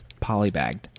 polybagged